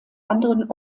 anderen